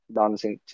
dancing